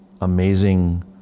amazing